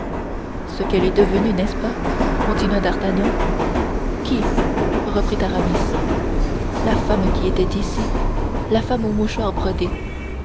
ce qu'elle est devenue n'est-ce pas continua d'artagnan qui reprit aramis la femme qui était ici la femme au mouchoir brodé